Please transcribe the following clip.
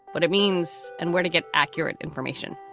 what it means and where to get accurate information.